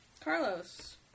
Carlos